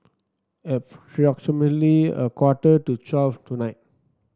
approximately a quarter to twelve tonight